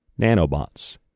Nanobots